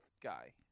guy